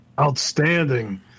outstanding